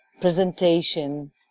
presentation